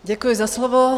Děkuji za slovo.